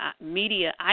media